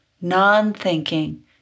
Non-thinking